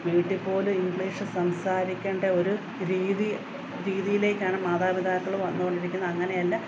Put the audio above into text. വീട്ടിൽ പോലും ഇങ്ക്ളീഷ് സംസാരിക്കേണ്ട ഒരു രീതി രീതിയിലേക്കാണ് മാതാപിതാക്കൾ വന്നു കൊണ്ടിരിക്കുന്നത് അങ്ങനെയല്ല